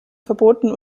verboten